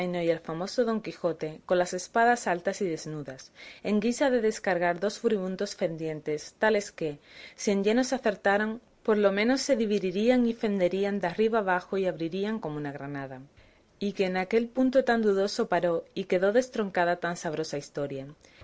y al famoso don quijote con las espadas altas y desnudas en guisa de descargar dos furibundos fendientes tales que si en lleno se acertaban por lo menos se dividirían y fenderían de arriba abajo y abrirían como una granada y que en aquel punto tan dudoso paró y quedó destroncada tan sabrosa historia